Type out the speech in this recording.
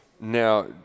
Now